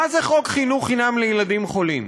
מה זה חוק חינוך חינם לילדים חולים?